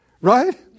Right